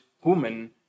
human